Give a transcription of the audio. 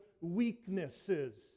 weaknesses